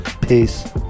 peace